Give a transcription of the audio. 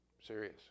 Serious